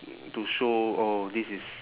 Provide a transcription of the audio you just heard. to show oh this is